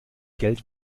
geld